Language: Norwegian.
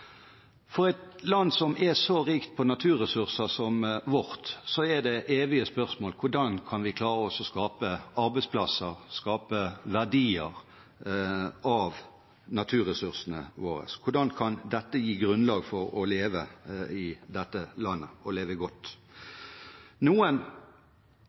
er så rikt på naturressurser som vårt, er det evige spørsmålet: Hvordan kan vi klare å skape arbeidsplasser og skape verdier av naturressursene våre, hvordan kan dette gi grunnlag for å leve i dette landet og leve godt? Noen